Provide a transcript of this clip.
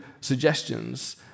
suggestions